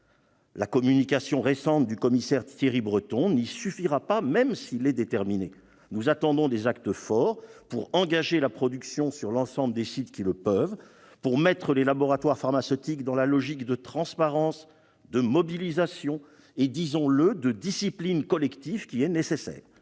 La communication récente du commissaire Thierry Breton n'y suffira pas, même s'il est déterminé. Nous attendons des actes forts pour engager la production sur l'ensemble des sites qui le peuvent, pour mettre les laboratoires pharmaceutiques dans la logique de transparence, de mobilisation et, disons-le, de discipline collective qui est nécessaire.